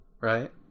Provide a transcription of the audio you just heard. right